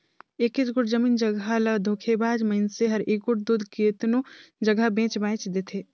एकेच गोट जमीन जगहा ल धोखेबाज मइनसे हर एगोट दो केतनो जगहा बेंच बांएच देथे